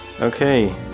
Okay